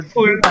Full